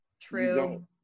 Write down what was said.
true